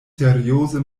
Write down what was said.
serioze